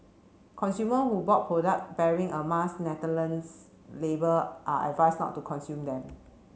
consumer who bought product bearing a Mars Netherlands label are advised not to consume them